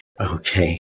Okay